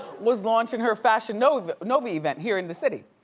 was launching her fashion nova nova event here in the city.